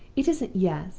it isn't yes,